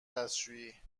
دستشویی